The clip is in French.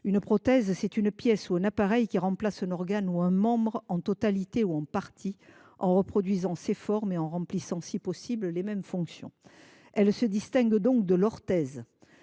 : il s’agit d’une pièce ou d’un appareil qui remplace un organe ou un membre, en totalité ou en partie, en reproduisant ses formes et en remplissant si possible les mêmes fonctions. Elle se distingue donc de l’orthèse,